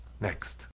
Next